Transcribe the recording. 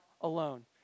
alone